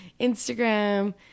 Instagram